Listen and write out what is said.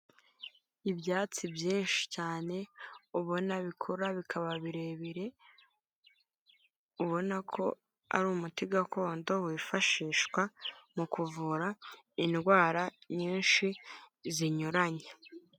Ibyatsi byinshi cyane ubona bikura bikaba birebire, ubona ko ari umuti gakondo wifashishwa mu kuvura indwara nyinshi zinyuranye.